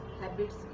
habits